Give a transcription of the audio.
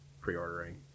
pre-ordering